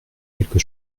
quelque